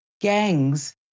gangs